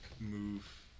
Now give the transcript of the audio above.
move